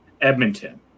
Edmonton